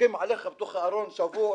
- שופכים עליך בתוך הארון שבוע,